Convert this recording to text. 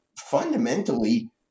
fundamentally